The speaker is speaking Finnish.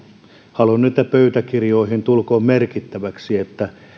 haluan että pöytäkirjoihin tulkoon merkittäväksi että